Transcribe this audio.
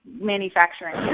manufacturing